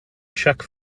czech